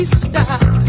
stop